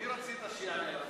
מי רצית שיענה לך?